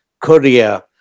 Korea